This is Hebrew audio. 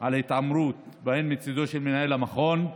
על התעמרות בו מצידו של מנהל המכון.